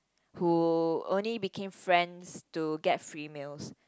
who only became friends to get free meals